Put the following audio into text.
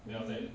um hmm